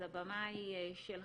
אז הבמה היא שלך.